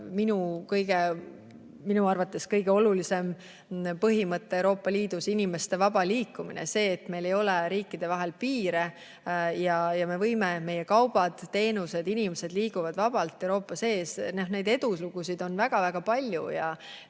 Minu arvates kõige olulisem põhimõte Euroopa Liidus on inimeste vaba liikumine, see, et meil ei ole riikide vahel piire ja me võime – meie kaubad, teenused, inimesed –vabalt Euroopa sees liikuda. Neid edulugusid on väga-väga palju ja